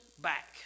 back